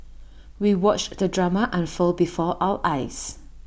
we watched the drama unfold before our eyes